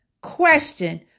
question